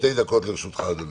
שתי דקות לרשותך, אדוני.